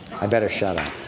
i better shut up.